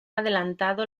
adelantado